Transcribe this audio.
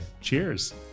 cheers